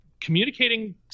communicating